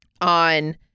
on